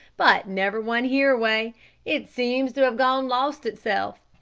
but never one here-away. it seems to have gone lost itself.